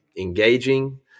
engaging